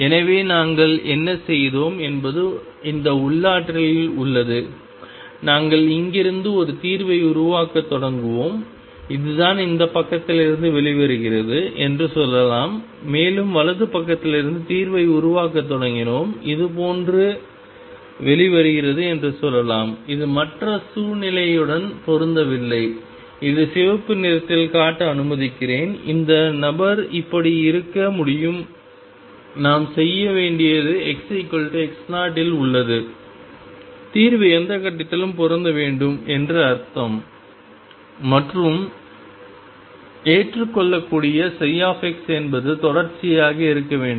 எனவே நாங்கள் என்ன செய்தோம் என்பது இந்த உள்ளாற்றலில் உள்ளது நாங்கள் இங்கிருந்து ஒரு தீர்வை உருவாக்கத் தொடங்குவோம் இதுதான் இந்த பக்கத்திலிருந்து வெளிவருகிறது என்று சொல்லலாம் மேலும் வலது பக்கத்திலிருந்து தீர்வை உருவாக்கத் தொடங்கினோம் இது இதுபோன்று வெளிவருகிறது என்று சொல்லலாம் இது மற்ற சூழ்நிலையுடன் பொருந்தவில்லை இதை சிவப்பு நிறத்தில் காட்ட அனுமதிக்கிறேன் இந்த நபர் இப்படி இருக்க முடியும் நாம் செய்ய வேண்டியது xx0 இல் உள்ளது தீர்வு எந்த கட்டத்திலும் பொருந்த வேண்டும் என்று அர்த்தம் மற்றும் ஏற்றுக்கொள்ளக்கூடிய x என்பது தொடர்ச்சியாக இருக்க வேண்டும்